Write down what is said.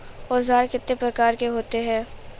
औज़ार कितने प्रकार के होते हैं?